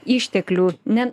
išteklių ne